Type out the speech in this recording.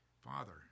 Father